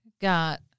got